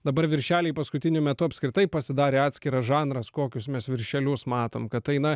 dabar viršeliai paskutiniu metu apskritai pasidarė atskiras žanras kokius mes viršelius matom kad tai na